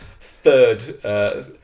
third